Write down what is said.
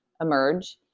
emerge